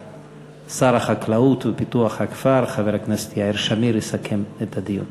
שר החקלאות ופיתוח הכפר חבר הכנסת יאיר שמיר יסכם את הדיון.